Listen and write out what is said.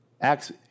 Acts